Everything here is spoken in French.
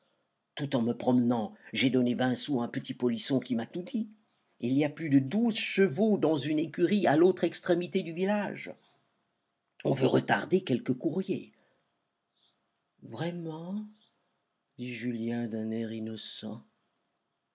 tout en me promenant j'ai donné vingt sous à un petit polisson qui m'a tout dit il y a plus de douze chevaux dans une écurie à l'autre extrémité du village on veut retarder quelque courrier vraiment dit julien d'un air innocent